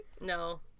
No